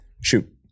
Shoot